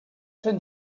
fin